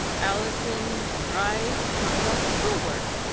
alison tried to talk about her school work.